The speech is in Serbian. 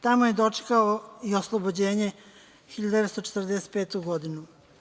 Tamo je dočekao i oslobođenje 1945. godine.